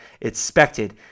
expected